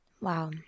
Wow